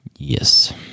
Yes